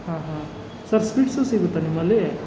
ಹಾಂ ಹಾಂ sir sweets ಸಿಗುತ್ತಾ ನಿಮ್ಮಲ್ಲಿ